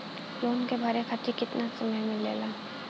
Loan के भरे खातिर कितना समय मिलेला?